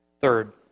Third